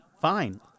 Fine